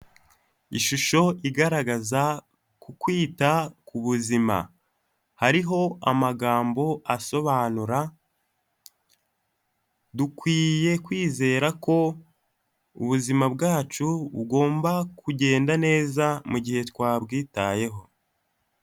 Ishusho igaragaza ku kwita ku buzima, hariho amagambo asobanura, dukwiye kwizera ko ubuzima bwacu bugomba kugenda neza mu gihe twabwitayeho.